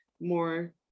more